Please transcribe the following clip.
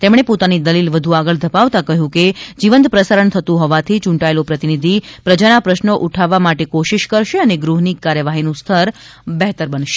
તેમણે પોતાની દલીલ વધુ આગળ ધપાવતા કહ્યું છે કે જીવંત પ્રસારણ થતું હોવાથી યૂંટાયેલો પ્રતિભિધિ પ્રજા ના પ્રશ્નો ઉઠાવવા માટે કોશિશ કરશે અને ગૃહ ની કાર્યવાહીનું સ્તર બહેતર બનશે